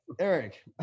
Eric